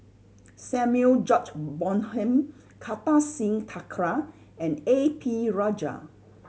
Samuel George Bonham Kartar Singh Thakral and A P Rajah